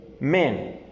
men